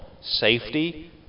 safety